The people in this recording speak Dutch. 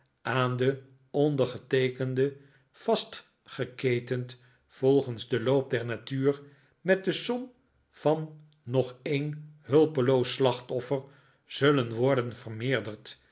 aan den ondergeteekende vastgeketend volgens den loop der natuur met de som van nog een hulpeloos slachtoffer zullen worden vermeerderd